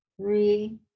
three